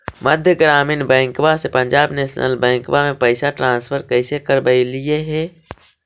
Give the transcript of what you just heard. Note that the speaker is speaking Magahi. मध्य ग्रामीण बैंकवा से पंजाब नेशनल बैंकवा मे पैसवा ट्रांसफर कैसे करवैलीऐ हे?